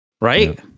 right